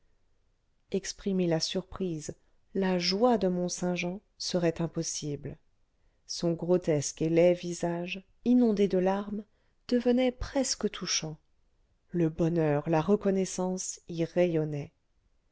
exprimer la surprise la joie de mont-saint-jean serait impossible son grotesque et laid visage inondé de larmes devenait presque touchant le bonheur la reconnaissance y rayonnaient